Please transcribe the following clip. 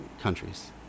countries